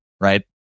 right